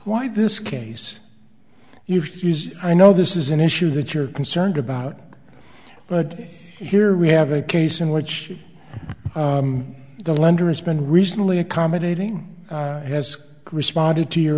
why this case you use i know this is an issue that you're concerned about but here we have a case in which the lender has been recently accommodating has responded to your